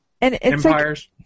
empires